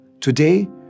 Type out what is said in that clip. Today